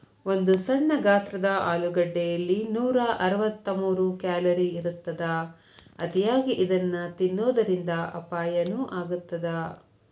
ಒಂದು ಸಣ್ಣ ಗಾತ್ರದ ಆಲೂಗಡ್ಡೆಯಲ್ಲಿ ನೂರಅರವತ್ತಮೂರು ಕ್ಯಾಲೋರಿ ಇರತ್ತದ, ಅತಿಯಾಗಿ ಇದನ್ನ ತಿನ್ನೋದರಿಂದ ಅಪಾಯನು ಆಗತ್ತದ